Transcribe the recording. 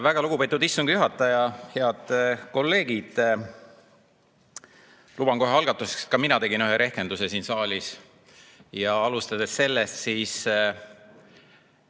Väga lugupeetud istungi juhataja! Head kolleegid! Luban kohe algatuseks, ka mina tegin ühe rehkenduse siin saalis. Ja alustan sellest,